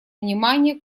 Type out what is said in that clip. внимание